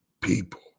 people